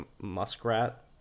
muskrat